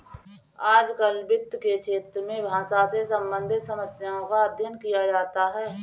आजकल वित्त के क्षेत्र में भाषा से सम्बन्धित समस्याओं का अध्ययन किया जाता है